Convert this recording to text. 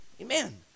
Amen